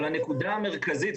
אבל הנקודה המרכזית,